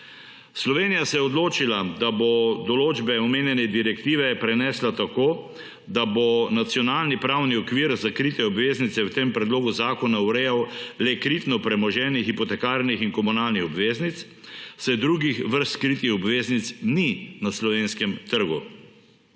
Slovenija se je odločila, da bo določbe omenjene direktive prenesla tako, da bo nacionalni pravni okvir za kritje obveznice v tem predlogu zakona urejal le kritno premoženje hipotekarnih in komunalnih obveznic, saj drugih vrst kritih obveznic ni na slovenskem trgu.